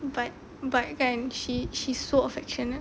but but kan she she so affectionate